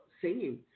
singing